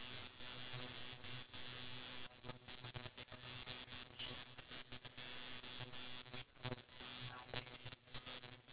to tell them that like just because you're older you can't just expect to you know be given a seat in the train